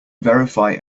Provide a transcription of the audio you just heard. verify